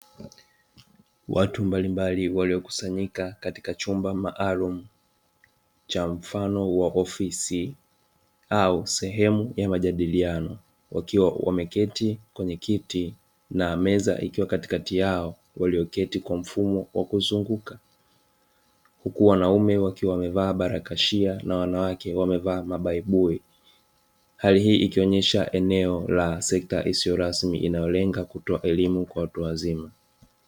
Watu mbalimbali waliokusanyika katika chumba maalumu cha mfano wa ofisi au sehemu ya majadiliano. Watu wamekaa kwenye kiti na meza ikiwa katikati yao, walioketi kwa mfumo wa kuzunguka. Huku wanaume wakiwa wamevaa barakashia na wanawake wamevaa mabaibui. Hali hii inaonyesha eneo la sekta isiyo rasmi inayolenga kutoa elimu kwa watu wazima.